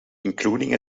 including